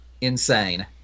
insane